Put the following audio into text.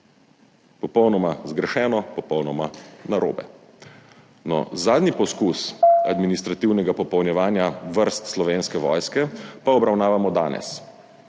popolnoma zgrešeno, popolnoma narobe. No, zadnji poskus administrativnega popolnjevanja vrst Slovenske vojske pa obravnavamo danes.